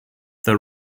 the